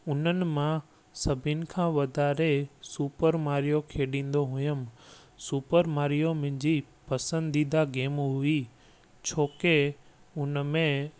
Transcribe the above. उन्हनि मां सभिनि खां वधारे सुपर मारियो खेॾींदो हुउमि सुपर मारियो मुंहिंजी पसंदीदा गेम हुई छोके हुन में